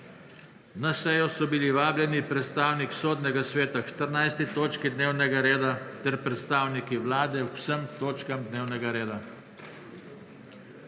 Na sejo so bili vabljeni predstavnik Sodnega sveta k 14. točki dnevnega reda ter predstavniki Vlade k vsem točkam dnevnega reda.